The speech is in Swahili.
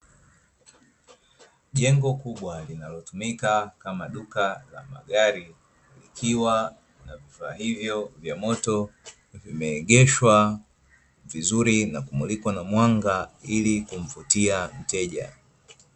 Jengo kubwa linalotumika kama duka la magari, ilikiwa na vifaa hivyo vya moto, vimeegeshwa vizuri na kumulikwa na mwanga ili kumvutia mteja.